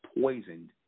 poisoned